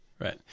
right